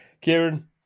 Kieran